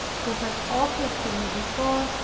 who had offered to me before,